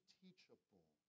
teachable